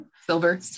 Silver